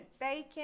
bacon